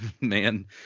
man